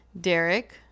Derek